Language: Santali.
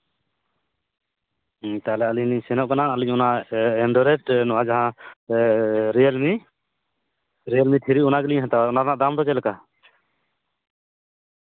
ᱛᱟᱦᱚᱞᱮ ᱟᱞᱤᱧ ᱞᱤᱧ ᱥᱮᱱᱚᱜ ᱠᱟᱱᱟ ᱟᱹᱞᱤᱧ ᱚᱱᱟ ᱮᱱᱰᱨᱚᱭᱮᱴ ᱱᱚᱣᱟ ᱡᱟᱦᱟᱸ ᱨᱤᱭᱮᱞᱢᱤ ᱨᱤᱭᱮᱞᱢᱤ ᱛᱷᱨᱤ ᱚᱱᱟ ᱜᱮᱞᱤᱧ ᱦᱟᱛᱟᱣᱟ ᱚᱱᱟ ᱨᱮᱱᱟᱜ ᱫᱟᱢ ᱫᱚ ᱪᱮᱫᱞᱮᱠᱟ